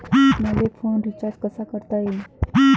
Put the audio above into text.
मले phone recharge कसा करता येईन?